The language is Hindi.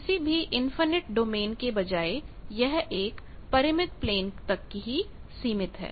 किसी भी इनफिनिट डोमेन के बजाय यह एक परिमित प्लेन तक ही सीमित है